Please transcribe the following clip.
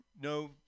no